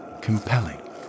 compelling